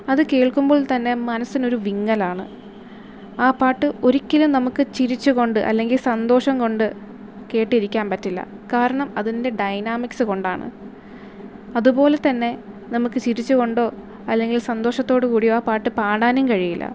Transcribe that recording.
അത് കേൾക്കുമ്പോൾ തന്നെ മനസ്സിന് ഒരു വിങ്ങലാണ് ആ പാട്ട് ഒരിക്കലും നമുക്ക് ചിരിച്ചുകൊണ്ട് അല്ലെങ്കിൽ സന്തോഷം കൊണ്ട് കേട്ടിരിക്കാൻ പറ്റില്ല കാരണം അതിൻ്റെ ഡയനാമിക്സ് കൊണ്ടാണ് അതുപോലെ തന്നെ നമുക്ക് ചിരിച്ചു കൊണ്ടോ അല്ലെങ്കിൽ സന്തോഷത്തോടു കൂടിയോ ആ പാട്ട് പാടാനും കഴിയില്ല